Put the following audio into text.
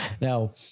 now